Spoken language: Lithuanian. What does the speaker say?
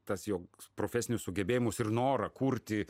tas jo profesinius sugebėjimus ir norą kurti